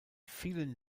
vielen